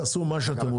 תעשו מה שאתם רוצים.